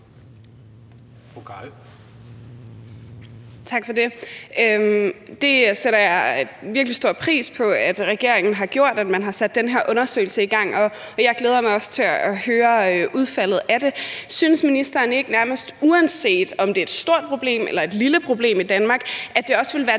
Tak for det. Det sætter jeg virkelig stor pris på at regeringen har gjort, altså at man har sat den her undersøgelse i gang, og jeg glæder mig også til at høre udfaldet af den. Synes ministeren ikke, nærmest uanset om det er et stort problem eller et lille problem i Danmark, at det også ville være